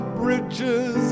bridges